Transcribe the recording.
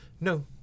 No